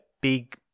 Big